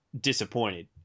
disappointed